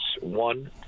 one